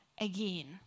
again